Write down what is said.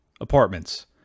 apartments